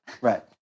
Right